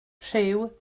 rhyw